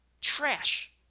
Trash